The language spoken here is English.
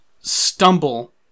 stumble